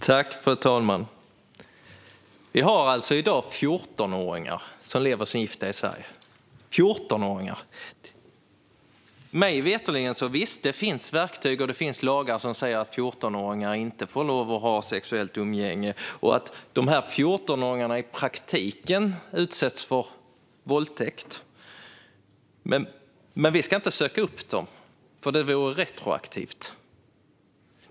Fru talman! Vi har i dag 14-åringar som lever som gifta i Sverige. Mig veterligen finns det verktyg och lagar som säger att 14-åringar inte får lov att ha sexuellt umgänge. Dessa 14-åringar utsätts i praktiken för våldtäkt. Men vi ska inte söka upp dem, för det vore retroaktivt.